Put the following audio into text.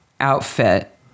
outfit